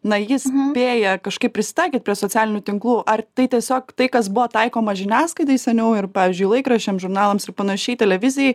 na jis spėja kažkaip prisitaikyti prie socialinių tinklų ar tai tiesiog tai kas buvo taikoma žiniasklaidai seniau ir pavyzdžiui laikraščiams žurnalams ir panašiai televizijai